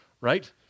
right